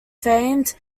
famed